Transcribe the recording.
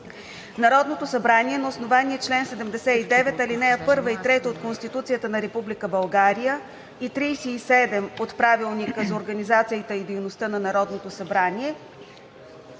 Народното събрание на основание чл. 79, ал. 1 и 3 от Конституцията на Република България и чл. 37 от Правилника за организацията и дейността на Народното събрание